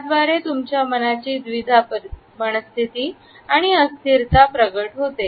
याद्वारे तुमच्या मनाची द्विधा स्थिती आणि अस्थिरता प्रगट होते